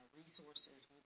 resources